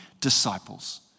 disciples